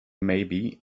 maybe